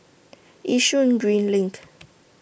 Yishun Green LINK